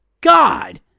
God